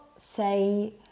say